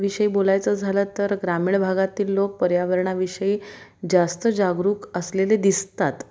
विषयी बोलायचं झालं तर ग्रामीण भागातील लोक पर्यावरणाविषयी जास्त जागरूक असलेले दिसतात